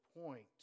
point